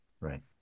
Right